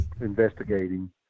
investigating